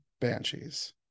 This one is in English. Banshees